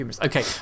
Okay